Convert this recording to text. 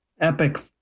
epic